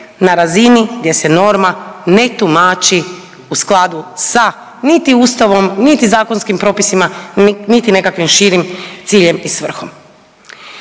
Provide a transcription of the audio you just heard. na razini gdje se norma ne tumači u skladu sa niti Ustavom, niti zakonskim propisima niti nekakvim širem ciljem i svrhom.